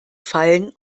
fallen